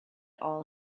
all